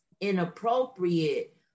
inappropriate